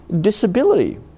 disability